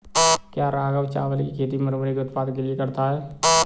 क्या राघव चावल की खेती मुरमुरे के उत्पाद के लिए करता है?